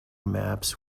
maps